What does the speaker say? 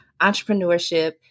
entrepreneurship